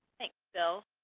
thanks, bill.